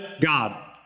God